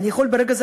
אני יכול ברגע זה,